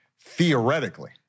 theoretically